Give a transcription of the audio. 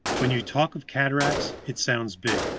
when you talk of cataracts it sounds big,